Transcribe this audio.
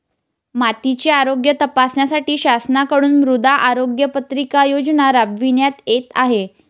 मातीचे आरोग्य तपासण्यासाठी शासनाकडून मृदा आरोग्य पत्रिका योजना राबविण्यात येत आहे